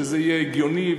שזה יהיה הגיוני,